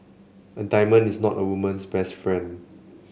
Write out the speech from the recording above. a diamond is not a woman's best friend